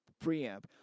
preamp